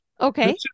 Okay